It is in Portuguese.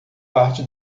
parte